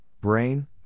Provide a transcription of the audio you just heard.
brain